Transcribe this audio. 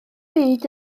byd